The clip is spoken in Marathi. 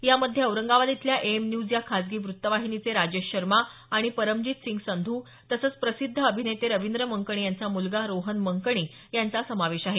यामध्ये औरंगाबाद इथल्या एएम न्यूज या खासगी वृत्तवाहिनीचे राजेश शर्मा आणि परमजितसिंग संधू तसंच प्रसिद्ध अभिनेते खींद्र मंकणी यांचा मुलगा रोहन मंकणी याचा समावेश आहे